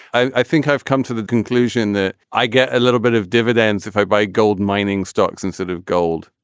i i think i've come to the conclusion that i get a little bit of dividends if i buy gold mining stocks instead of gold.